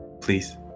Please